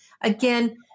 again